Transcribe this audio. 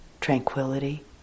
tranquility